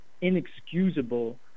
inexcusable